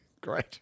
Great